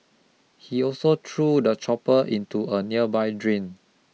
he also threw the chopper into a nearby drain